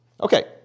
Okay